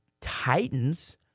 Titans